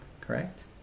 correct